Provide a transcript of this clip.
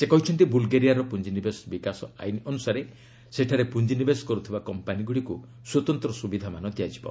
ସେ କହିଛନ୍ତି ବୁଲ୍ଗେରିଆର ପୁଞ୍ଜିନିବେଶ ବିକାଶ ଆଇନ ଅନୁସାରେ ସେଠାରେ ପୁଞ୍ଜିନିବେଶ କରୁଥିବା କମ୍ପାନୀଗୁଡ଼ିକୁ ସ୍ୱତନ୍ତ ସୁବିଧାମାନ ଦିଆଯିବ